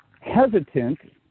hesitant